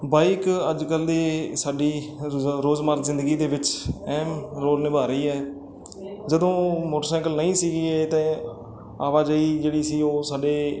ਬਾਈ ਇੱਕ ਅੱਜ ਕੱਲ੍ਹ ਦੀ ਸਾਡੀ ਰੋਜ਼ ਰੋਜ਼ਮਰ ਜ਼ਿੰਦਗੀ ਦੇ ਵਿੱਚ ਅਹਿਮ ਰੋਲ ਨਿਭਾ ਰਹੀ ਹੈ ਜਦੋਂ ਮੋਟਰਸਾਈਕਲ ਨਹੀਂ ਸੀਗੇ ਇਹ ਅਤੇ ਆਵਾਜਾਈ ਜਿਹੜੀ ਸੀ ਉਹ ਸਾਡੇ